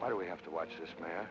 why do we have to watch this man